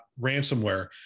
ransomware